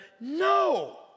No